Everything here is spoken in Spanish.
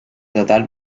tratar